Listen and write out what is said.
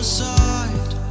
side